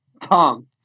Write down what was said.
Tom